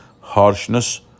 harshness